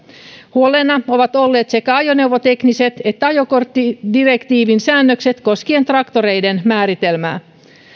huolena ovat olleet sekä ajoneuvotekniset että ajokorttidirektiivin säännökset koskien traktoreiden määritelmää